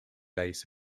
base